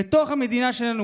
בתוך המדינה שלנו,